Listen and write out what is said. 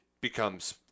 becomes